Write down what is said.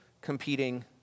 competing